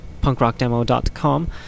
punkrockdemo.com